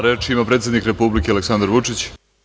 Reč ima predsednik Republike, Aleksandar Vučić.